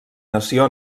nació